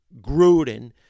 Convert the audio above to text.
Gruden